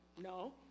No